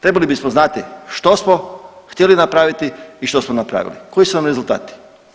Trebali bismo znati što smo htjeli napraviti i što smo napravili, koji su nam rezultati.